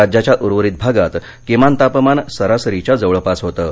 राज्याच्या उर्वरित भागात किमान तापमान सरासरीच्या जवळपास होतं